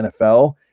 NFL